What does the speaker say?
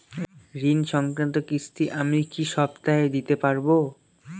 ঋণ সংক্রান্ত কিস্তি আমি কি সপ্তাহে দিতে পারবো?